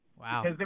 Wow